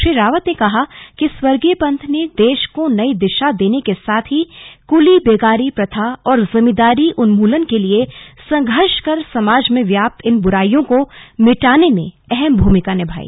श्री रावत ने कहा कि स्व पंत ने देश को नई दिशा देने के साथ ही कुली बेगारी प्रथा और जमींदारी उन्मूलन के लिए संघर्ष कर समाज में व्याप्त इन बुराईयों को मिटाने में अंहम भूमिका निभाई